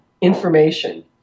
information